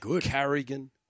Carrigan